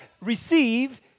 receive